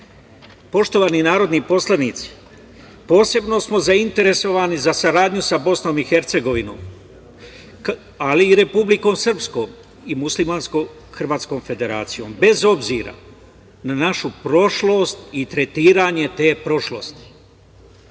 Vučić. Poštovani narodni poslanici, posebno smo zainteresovani za saradnju sa Bosnom i Hercegovinom, ali i Republikom Srpskom i muslimansko-hrvatskom federacijom, bez obzira na našu prošlost i tretiranje te prošlosti.